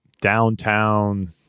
downtown